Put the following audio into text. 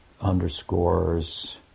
underscores